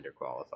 underqualified